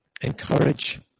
encourage